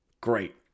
great